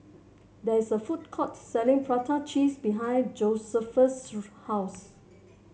there is a food court selling Prata Cheese behind Josephus' house